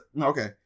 okay